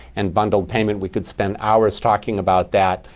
and bundled payment. we could spend hours talking about that,